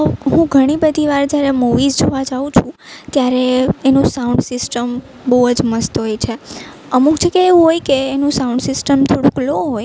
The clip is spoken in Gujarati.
હું ઘણી બધી વાર જ્યારે મુવીઝ જોવા જાઉં છું ત્યારે એનું સાઉન્ડ સિસ્ટમ બહુ જ મસ્ત હોય છે અમુક જગ્યા એવું હોય કે એનું સાઉન્ડ સિસ્ટમ થોડુંક લો હોય